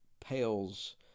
pales